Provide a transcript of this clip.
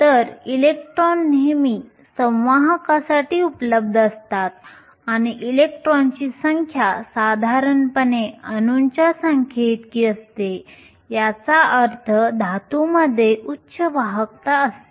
तर इलेक्ट्रॉन नेहमी संवाहकासाठी उपलब्ध असतात आणि इलेक्ट्रॉनची संख्या साधारणपणे अणूंच्या संख्येइतकी असते याचा अर्थ धातूंमध्ये उच्च वाहकता असते